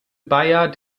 bayer